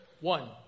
One